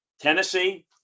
Tennessee